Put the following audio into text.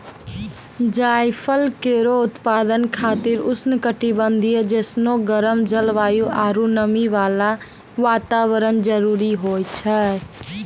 जायफल केरो उत्पादन खातिर उष्ण कटिबंधीय जैसनो गरम जलवायु आरु नमी वाला वातावरण जरूरी होय छै